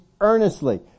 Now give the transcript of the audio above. earnestly